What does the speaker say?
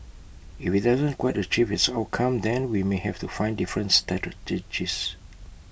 if IT doesn't quite achieve its outcome then we may have to find difference